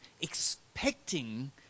expecting